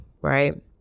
right